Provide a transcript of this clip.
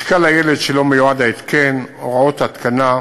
משקל הילד שלו מיועד ההתקן, הוראות התקנה,